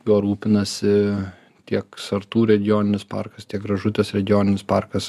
juo rūpinasi tiek sartų regioninis parkas tiek gražutės regioninis parkas